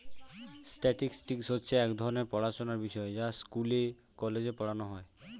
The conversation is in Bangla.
স্ট্যাটিস্টিক্স হচ্ছে এক ধরণের পড়াশোনার বিষয় যা স্কুলে, কলেজে পড়ানো হয়